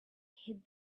hid